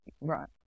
Right